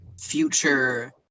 future